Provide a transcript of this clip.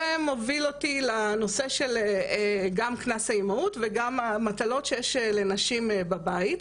זה מוביל אותי גם לנושא של קנס האימהות וגם המטלות שיש לנשים בבית.